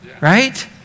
right